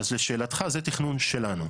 לשאלתך, זה תכנון שלנו.